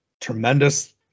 tremendous